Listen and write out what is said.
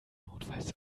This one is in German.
notfalls